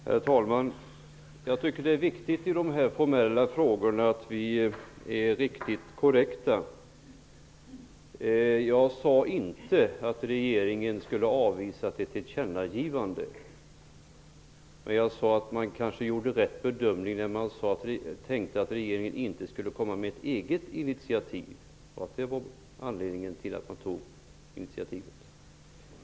Herr talman! Jag tycker att det är viktigt att i de formella frågorna vara korrekt. Jag sade inte att regeringen skulle ha avvisat ett tillkännagivande. Jag sade att man kanske gjorde rätt bedömning när man trodde att regeringen inte skulle ta ett eget initiativ i frågan. Det var ju anledningen till att utskottet tog initiativet.